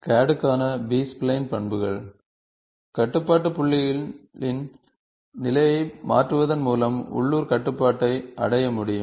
CAD க்கான B spline பண்புகள் கட்டுப்பாட்டு புள்ளிகளின் நிலையை மாற்றுவதன் மூலம் உள்ளூர் கட்டுப்பாட்டை அடைய முடியும்